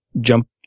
jump